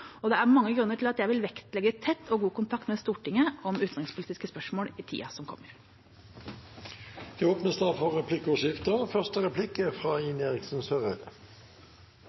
Det er mange grunner til at jeg vil vektlegge tett og god kontakt med Stortinget om utenrikspolitiske spørsmål i tida som kommer. Det